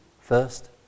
first